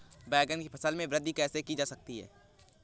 बैंगन की फसल में वृद्धि कैसे की जाती है?